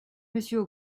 monsieur